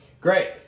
Great